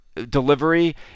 Delivery